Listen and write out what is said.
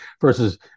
versus